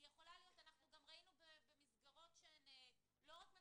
גם ראינו במסגרות שהן לא רק מפוקחות,